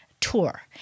tour